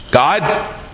God